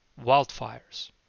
wildfires